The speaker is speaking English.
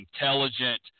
intelligent